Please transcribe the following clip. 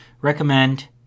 recommend